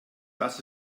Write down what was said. das